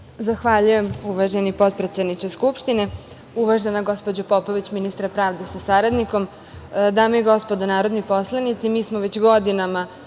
Zahvaljujem. Uvaženi potpredsedniče Skupštine, uvažena gospođo Popović, ministre pravde sa saradnikom, dame i gospodo narodni poslanici, mi smo već godinama